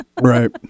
Right